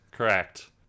Correct